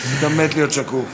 היית מת להיות שקוף.